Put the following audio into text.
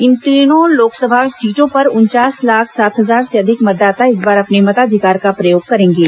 इन तीनों लोकसभा सीटों पर उनचास लाख सात हजार से अधिक मतदाता इस बार अपने मताधिकार का प्रयोग करेंगे